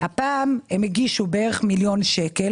הפעם הם הגישו בערך מיליון שקל,